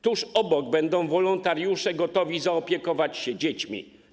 Tuż obok będą wolontariusze gotowi zaopiekować się dziećmi.